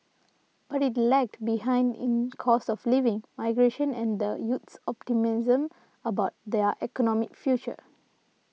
but it lagged behind in cost of living migration and the youth's optimism about their economic future